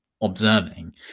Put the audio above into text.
observing